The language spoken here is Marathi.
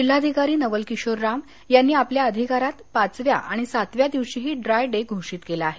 जिल्हाधिकारी नवल किशोर राम यांनी आपल्या अधिकारात पाचव्या आणि सातव्या दिवशीही ड्राय डे घोषित केला आहे